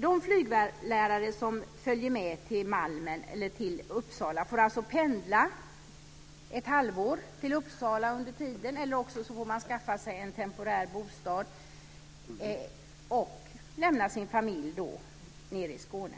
De flyglärare som följer med till Malmen får alltså pendla under ett halvår till Uppsala, eller också får man skaffa sig en temporär bostad och lämna sin familj nere i Skåne.